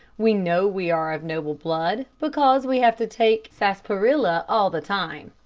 we know we are of noble blood because we have to take sarsaparilla all the time.